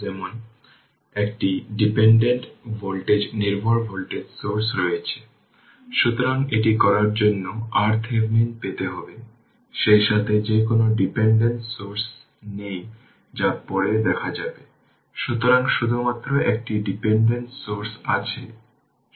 এখানে এটি হল ক্যাপাসিটরের ক্ষেত্রে RC সার্কিটের জন্য 2 কয়েল প্রব্লেম এই ক্ষেত্রে 2টি ইন্ডাকটর প্যারালেলে থাকে এবং এই ধরনের প্রব্লেমকে 2 কয়েল প্রব্লেম বলা হয়